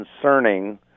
concerning